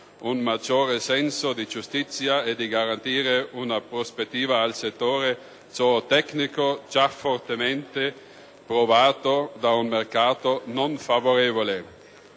un maggiore senso di giustizia e di garantire una prospettiva al settore zootecnico già fortemente provato da un mercato non favorevole.